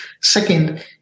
Second